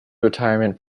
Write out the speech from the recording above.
retirement